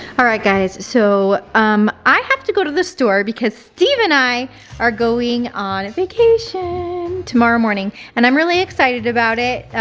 alright guys, so um i have to go to the store because steve and i are going on a vacation tomorrow morning and i'm really excited about it.